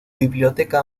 biblioteca